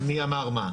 מי אמר מה.